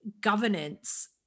governance